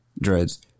Dreads